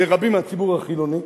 זה רבים מהציבור החילוני,